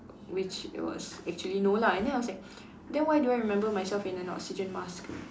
which was actually no lah and then I was like then why do I remember myself in an oxygen mask